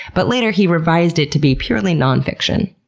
but later he revised it to be purely non-fiction.